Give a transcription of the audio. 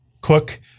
cook